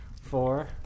Four